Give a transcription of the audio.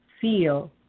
feel